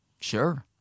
Sure